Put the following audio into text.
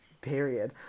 period